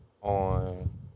on